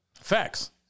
Facts